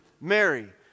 Mary